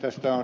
tästä ed